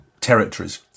territories